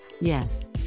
Yes